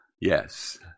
Yes